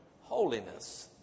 Holiness